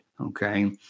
Okay